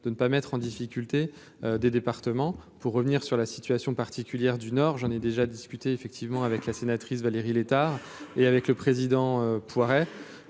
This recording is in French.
de ne pas mettre en difficulté des départements pour revenir sur la situation particulière du Nord, j'en ai déjà discuté effectivement avec la sénatrice Valérie Létard et avec le président Poiret,